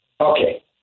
Okay